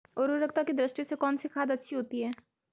उर्वरकता की दृष्टि से कौनसी खाद अच्छी होती है?